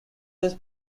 this